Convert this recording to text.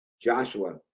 Joshua